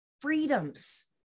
freedoms